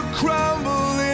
crumble